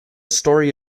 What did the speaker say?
story